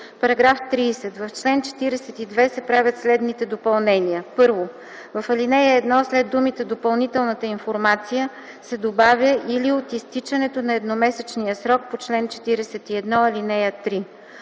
„§ 30. В чл. 42 се правят следните допълнения: 1. В ал. 1 след думите „допълнителната информация” се добавя „или от изтичането на едномесечния срок по чл. 41, ал. 3”.